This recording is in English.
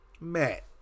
matt